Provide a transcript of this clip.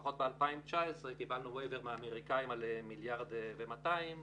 לפחות ב-2019 קיבלנו waiver מהאמריקאים על 1.2 מיליארד,